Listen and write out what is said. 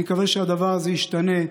אני מקווה שהדבר הזה ישתנה.